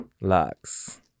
Lux